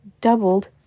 Doubled